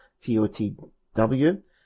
TOTW